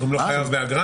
הוא גם לא חייב באגרה?